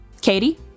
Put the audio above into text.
Katie